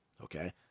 Okay